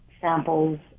samples